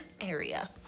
area